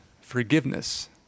forgiveness